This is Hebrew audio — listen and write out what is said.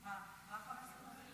מה, 15 בנובמבר?